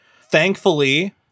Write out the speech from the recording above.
Thankfully